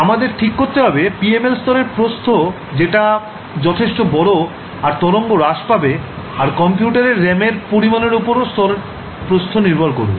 আমাদের ঠিক করতে হবে PML স্তরের প্রস্থ যেটা যথেষ্ট বড় আর তরঙ্গ হ্রাস পাবে আর কম্পিউটার এর RAM এর পরিমানের ওপর স্তরের প্রস্থ নির্ভর করবে